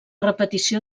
repetició